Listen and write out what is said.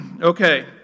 Okay